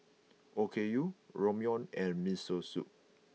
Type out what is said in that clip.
Okayu Ramyeon and Miso Soup